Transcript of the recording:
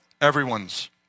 Everyone's